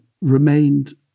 remained